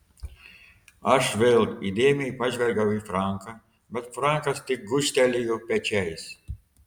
aš vėl įdėmiai pažvelgiau į franką bet frankas tik gūžtelėjo pečiais